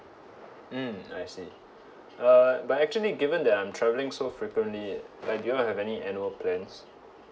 mm I see uh but actually given that I'm travelling so frequently like do you have any annual plans